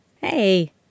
Hey